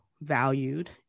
valued